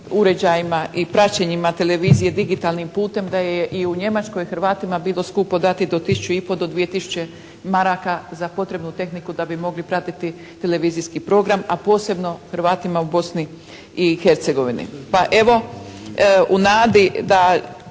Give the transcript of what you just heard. uređajima i praćenjima televizije digitalnim putem da je i u Njemačkoj Hrvatima skupo dati do tisuću i pol do dvije tisuće DEM za potrebnu tehniku da bi mogli pratiti televizijski program, a posebno Hrvatima u Bosni i Hercegovini. Pa evo u nadi da